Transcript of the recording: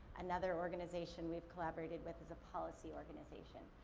another organization we collaborated with is a policy organization.